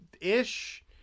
ish